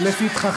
תצטרף